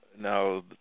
Now